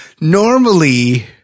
normally